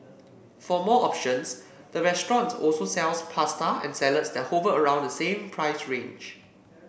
for more options the restaurant also sells pasta and salads that hover around the same price range